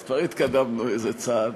אז כבר התקדמנו איזה צעד,